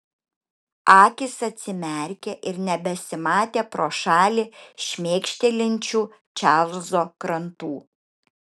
akys atsimerkė ir nebesimatė pro šalį šmėkštelinčių čarlzo krantų